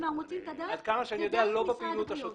כלומר, הם מוצאים את הדרך, שהיא דרך משרד הבריאות.